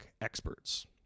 experts